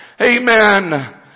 Amen